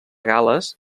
gal·les